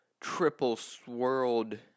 triple-swirled